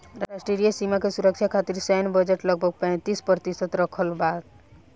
राष्ट्रीय सीमा के सुरक्षा खतिर सैन्य बजट लगभग पैंतीस प्रतिशत तक रखल बा